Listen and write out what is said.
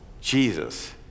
Jesus